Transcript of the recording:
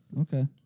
okay